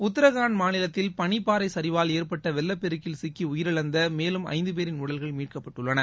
உத்ரகாண்ட் மாநிலத்தில் பனிப்பாறை சரிவால் ஏற்பட்ட வெள்ளப்பெருக்கில் சிக்கி உயிரிழந்த மேலும் ஐந்து பேரின் உடல்கள் மீட்கப்பட்டுள்ளன